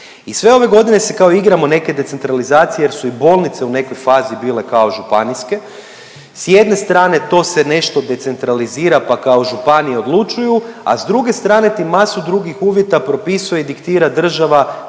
I sve ove godine se kao igramo neke decentralizacije jer su i bolnice u nekoj fazi bile kao županijske, s jedne strane to se nešto decentralizira pa kao županije odlučuju, a s druge strane ti masu drugih uvjeta propisuje i diktira država